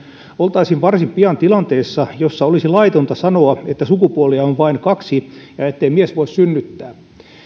oltaisiin varsin pian tilanteessa jossa olisi laitonta sanoa että sukupuolia on vain kaksi ja ettei mies voi synnyttää